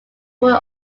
were